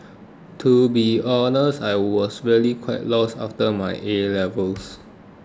to be honest I was really quite lost after my A levels